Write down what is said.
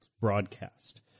broadcast